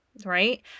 right